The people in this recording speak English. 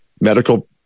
medical